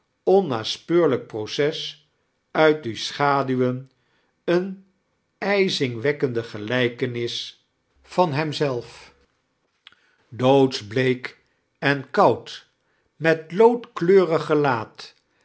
onnaspeuirlijk proces uit die schaduwen eene ijaingwekkende gelijkenis van hem zelf charles dickens doodsfeleek en koud met loodkleurig gelaat